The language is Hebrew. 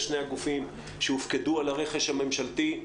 שני הגופים שהופקדו על הרכש הממשלתי.